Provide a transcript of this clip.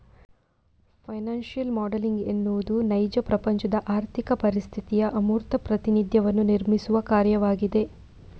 financial modelling ಎನ್ನುವುದು ನೈಜ ಪ್ರಪಂಚದ ಆರ್ಥಿಕ ಪರಿಸ್ಥಿತಿಯ ಅಮೂರ್ತ ಪ್ರಾತಿನಿಧ್ಯವನ್ನು ನಿರ್ಮಿಸುವ ಕಾರ್ಯವಾಗಿದೆ